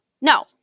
No